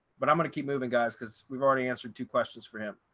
but i'm going to keep moving guys because we've already answered two questions for him.